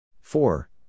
four